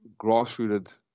grassrooted